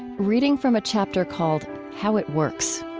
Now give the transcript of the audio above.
reading from a chapter called how it works